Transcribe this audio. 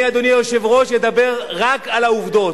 אני, אדוני היושב-ראש, אדבר רק על העובדות.